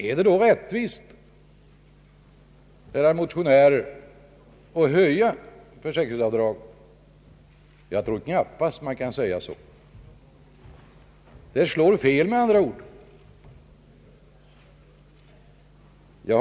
är det då rättvist, herrar motionärer, att höja försäkringsavdraget? Jag tror knappast man kan påstå det. Det slår med andra ord fel.